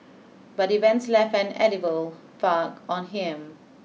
but events left an indelible mark on him